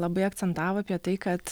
labai akcentavo apie tai kad